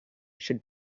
should